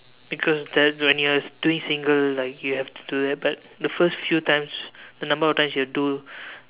because that's when you are doing single like you have to do that but the first few times the number of times you'll do